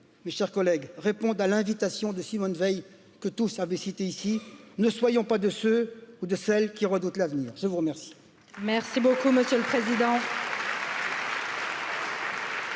mes chers collègues répondent à de Simone Veil, que tous avaient citée ici nee. Soyons pas de ceux ou de celles qui redoutent l'avenir je vous remercie